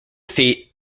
defeat